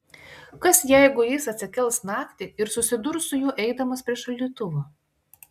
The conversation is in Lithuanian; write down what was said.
kas jeigu jis atsikels naktį ir susidurs su juo eidamas prie šaldytuvo